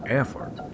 effort